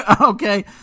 okay